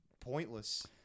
pointless